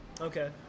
Okay